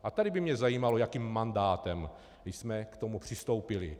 A tady by mě zajímalo, s jakým mandátem jsme k tomu přistoupili.